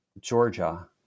Georgia